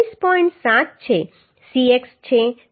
7 છે Cx છે 24